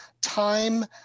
time